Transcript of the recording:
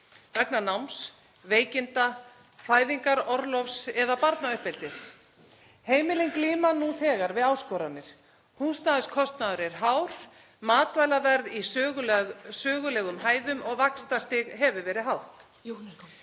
vegna náms, veikinda, fæðingarorlofs eða barnauppeldis. Heimilin glíma nú þegar við áskoranir. Húsnæðiskostnaður er hár, matvælaverð í sögulegum hæðum og vaxtastig hefur verið hátt. Í þessu